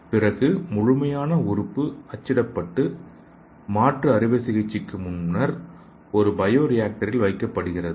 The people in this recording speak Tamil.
பின்னர் முழுமையான உறுப்பு அச்சிடப்பட்டு மாற்று அறுவை சிகிச்சைக்கு முன்னர் ஒரு பயோ ரியாக்டரில் வைக்கப்படுகிறது